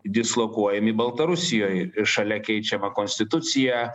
dislokuojami baltarusijoj šalia keičiama konstitucija